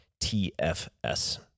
TFS